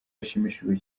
bashimishijwe